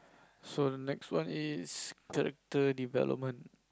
so the next one is the the development